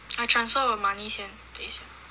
I transfer 我 money 先等一下